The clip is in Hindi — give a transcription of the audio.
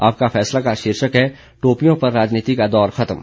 आपका फैसला का शीर्षक है टोपियों पर राजनीति का दौर खत्म